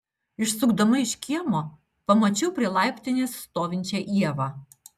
išsukdama iš kiemo pamačiau prie laiptinės stovinčią ievą